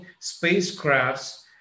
spacecrafts